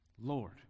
Lord